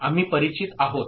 आम्ही परिचित आहोत